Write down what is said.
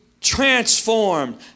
transformed